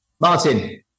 Martin